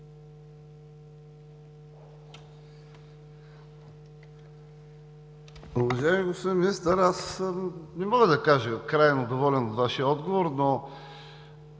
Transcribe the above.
Благодаря,